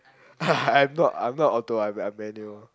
I'm not I'm not auto one but I'm manual